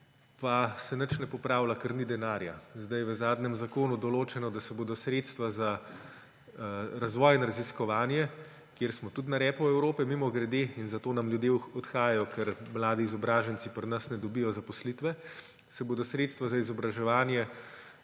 pa se nič ne popravlja, ker ni denarja. Zdaj je v zadnjem zakonu določeno, da se bodo sredstva za razvoj in raziskovanje, kjer smo tudi na repu Evrope, mimogrede – in zato nam ljudje odhajajo, ker mladi izobraženci pri nas ne dobijo zaposlitve – povečevala v